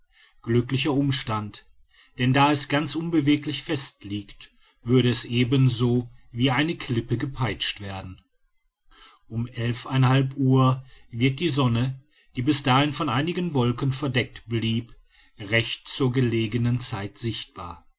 glücklicher umstand denn da es ganz unbeweglich fest liegt würde es ebenso wie eine klippe gepeitscht werden um elfeinhalb uhr wird die sonne die bis dahin von einigen wolken verdeckt blieb recht zur gelegenen zeit sichtbar